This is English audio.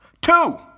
Two